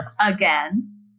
again